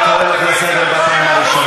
אני קורא אותך לסדר פעם ראשונה.